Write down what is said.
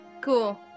Cool